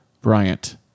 Bryant